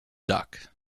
duck